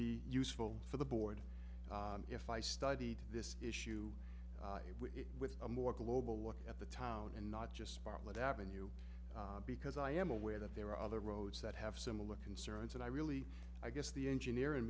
be useful for the board if i studied this issue with a more global look at the town and not just spotlight appen you because i am aware that there are other roads that have similar concerns and i really i guess the engineer in